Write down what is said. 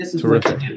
Terrific